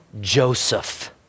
Joseph